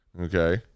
Okay